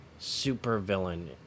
supervillain